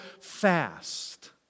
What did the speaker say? fast